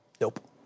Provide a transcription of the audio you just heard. Nope